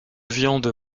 viande